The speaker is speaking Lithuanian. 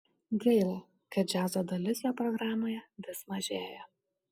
gaila kad džiazo dalis jo programoje vis mažėja